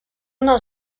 una